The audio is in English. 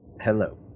Hello